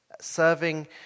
serving